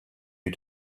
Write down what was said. you